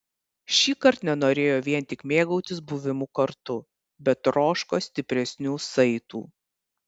šįkart nenorėjo vien tik mėgautis buvimu kartu bet troško stipresnių saitų